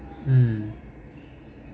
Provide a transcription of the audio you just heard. mm